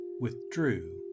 withdrew